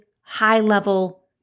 high-level